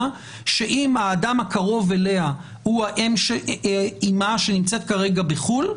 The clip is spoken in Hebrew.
שאם האדם הקרוב אליה הוא אמה שנמצאת כרגע בחו"ל,